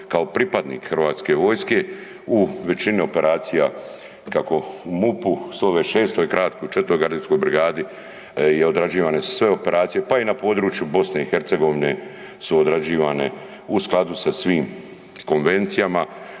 kao pripadnik Hrvatske vojske u većini operacija kako u MUP-u, 126. … brigadi odrađivane su sve operacije pa i na području Bosne i Hercegovine su odrađivane u skladu sa svim konvencijama